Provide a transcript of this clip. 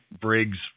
Briggs